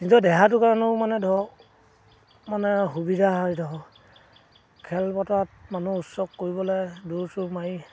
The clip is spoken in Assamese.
নিজৰ দেহাটোৰ কাৰণেও মানে ধৰক মানে সুবিধা হয় ধৰ খেলপথাৰত মানুহ উৎচৱ কৰিবলৈ দৌৰ চৌৰ মাৰি